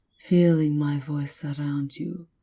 feeling my voice surround you.